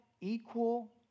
equal